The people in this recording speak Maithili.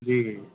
हुँ हुँ